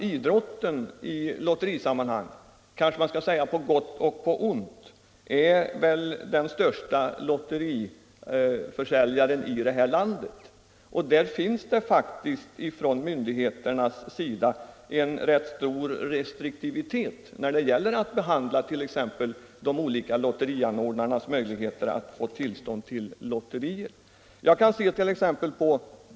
Idrotten är — man kanske skall säga på gott och ont — den största lottförsäljaren i vårt land. Myndigheterna visar en rätt stor restriktivitet vid behandlingen av lotterianordnarnas ansökningar om tillstånd till lotterier.